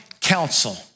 counsel